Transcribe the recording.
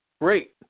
great